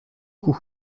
coup